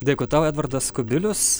dėkui tau edvardas kubilius